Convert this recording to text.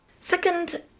Second